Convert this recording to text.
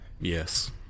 Yes